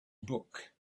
book